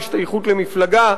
השתייכות למפלגה,